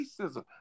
racism